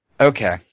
Okay